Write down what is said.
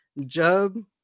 Job